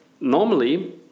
normally